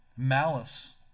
malice